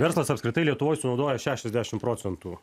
verslas apskritai lietuvoj sunaudoja šešiasdešim procentų